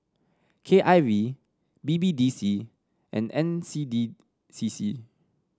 K I V B B D C and N C D C C